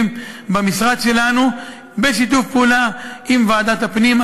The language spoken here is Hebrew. במשרד שלנו בשיתוף פעולה עם ועדת הפנים,